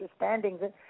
understandings